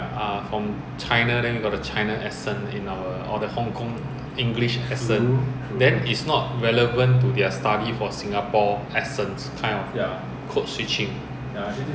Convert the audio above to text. ya but if we oh like this ah is a bit too loud that's why they said twenty C_M so now where we have been sitting right is normal